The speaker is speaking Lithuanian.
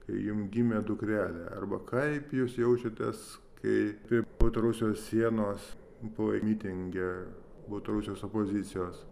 kai jums gimė dukrelė arba kaip jūs jaučiatės kai prie pat rusijos sienos buvai mitinge baltarusijos opozicijos